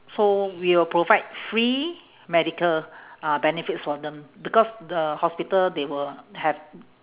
so we will provide free medical uh benefits for them because the hospital they will have